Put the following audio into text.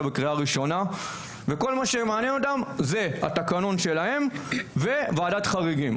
בקריאה ראשונה וכל מה שמעניין אותם זה התקנון שלהם וועדת חריגים.